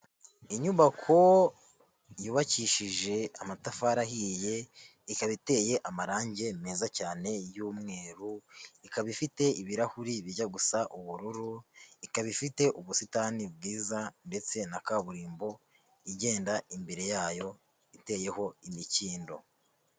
Inyubako yubakishije amatafari ahiye ikaba, iteye amarangi meza cyane y'umweru, ikaba ifite ibirahuri bijya gusa ubururu, ikaba ifite ubusitani bwiza ndetse na kaburimbo igenda imbere yayo iteyeho imikindo.